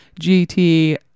GT